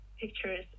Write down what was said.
pictures